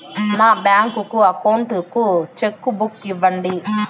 నా bank account కు cheque book ఇవ్వండి